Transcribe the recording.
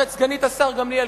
סגנית השר גברת גמליאל,